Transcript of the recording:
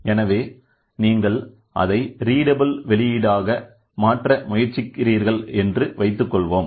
எனவே நீங்கள் அதை ரீடபிள் வெளியீடாக மாற்ற முயற்சிக்கிறார்கள் என்று வைத்துக்கொள்வோம்